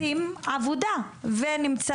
ולהתמודדות עם מוביליות תעסוקתית ואקדמית,